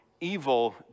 evil